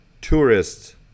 tourists